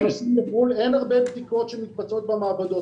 בנוסף לנוסעים לחו"ל אין הרבה בדיקות שמתבצעות במעבדות.